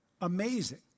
amazing